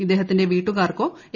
ഇദ്ദേഹത്തിന്റെ വീട്ടുകാർക്കോ എ